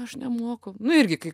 aš nemoku nu irgi kai